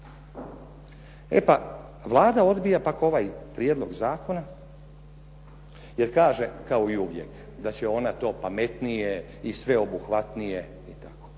E pa Vlada odbija pak ovaj prijedlog zakona jer kaže kao i uvijek da će ona to pametnije i sveobuhvatnije i tako.